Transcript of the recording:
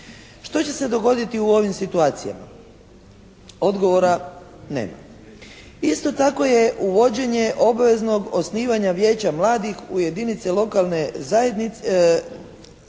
Što će se dogoditi u ovim situacijama? Odgovora nema. Isto tako uvođenje obveznog osnivanja vijeća mladih u jedinice lokalne zajednice